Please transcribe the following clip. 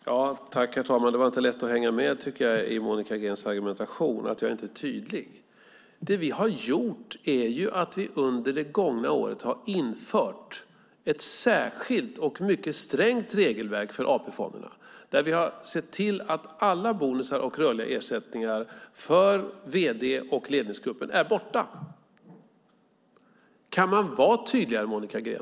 Herr talman! Det var inte lätt att hänga med i Monica Greens argumentation att jag inte är tydlig. Det vi har gjort är att vi under det gångna året har infört ett särskilt och mycket strängt regelverk för AP-fonderna, där vi har sett till att alla bonusar och rörliga ersättningar för vd:n och ledningsgruppen är borta. Kan man vara tydligare, Monica Green?